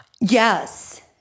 Yes